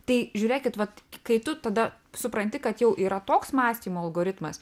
tai žiūrėkit vat kai tu tada supranti kad jau yra toks mąstymo algoritmas